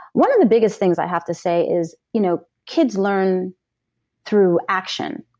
one of the biggest things, i have to say, is you know kids learn through action.